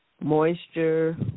moisture